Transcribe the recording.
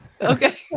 Okay